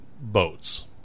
boats